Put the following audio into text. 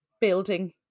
building